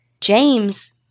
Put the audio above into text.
James